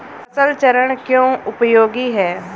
फसल चरण क्यों उपयोगी है?